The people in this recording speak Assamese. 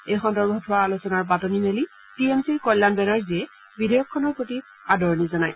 এই সন্দৰ্ভত হোৱা আলোচনাৰ পাতনি মেলি টি এম চিৰ কল্যাণ বেনাৰ্জীয়ে বিধেয়কখনৰ প্ৰতি আদৰণি জনায়